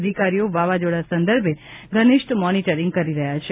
અધિકારીઓ વાવાઝોડા સંદર્ભે ઘનિષ્ઠ મોનીટરીંગ કરી રહ્યા છે